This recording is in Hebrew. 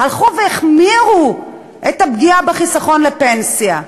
הלכו והחמירו את הפגיעה בחיסכון לפנסיה.